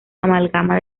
amalgama